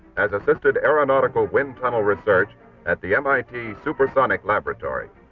as assisted aeronautical wind tunnel research at the mit supersonic laboratory.